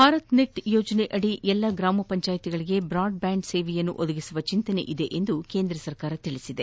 Bharat net ಯೋಜನೆಯಡಿ ಎಲ್ಲ ಗ್ರಾಮ ಪಂಚಾಯಿತಿಗಳಿಗೆ ಬ್ರಾಡ್ ಬ್ಹಾಂಡ್ ಸೇವೆ ಒದಗಿಸುವ ಚಿಂತನೆ ಇದೆ ಎಂದು ಕೇಂದ್ರ ಸರಕಾರ ತಿಳಿಸಿದೆ